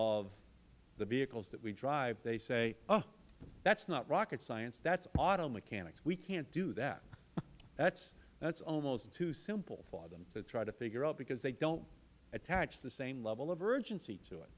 of the vehicles that we drive they say oh that is not rocket science that is auto mechanics we can't do that that is almost too simple for them to try to figure out because they don't attach the same level of urgency to it